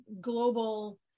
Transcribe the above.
global